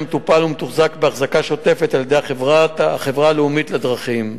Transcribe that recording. המטופל ומתוחזק באחזקה שוטפת על-ידי החברה הלאומית לדרכים,